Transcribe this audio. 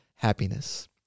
Happiness